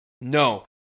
No